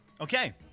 Okay